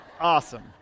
Awesome